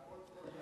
והקול קול איתן.